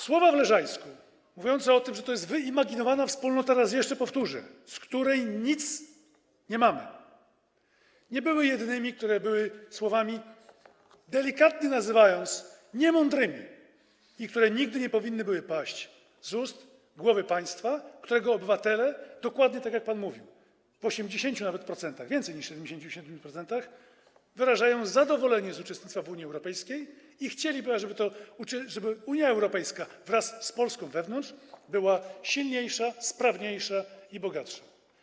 Słowa z Leżajska mówiące o tym, że to jest wyimaginowana wspólnota - raz jeszcze powtórzę - z której nic nie mamy, nie były jedynymi, które były, delikatnie mówiąc, niemądre i które nigdy nie powinny były paść z ust głowy państwa, którego obywatele - dokładnie tak jak pan mówił - nawet w 80%, więcej niż w 77%, wyrażają zadowolenie z uczestnictwa w Unii Europejskiej i chcieliby, żeby Unia Europejska wraz z Polską wewnątrz była silniejsza, sprawniejsza i bogatsza.